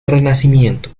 renacimiento